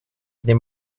dnie